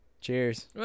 Cheers